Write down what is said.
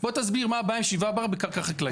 בוא תסביר מה הבעיה עם 7 בר בקרקע חקלאית?